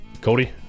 Cody